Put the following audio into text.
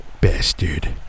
bastard